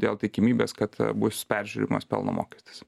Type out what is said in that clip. dėl tikimybės kad bus peržiūrimas pelno mokestis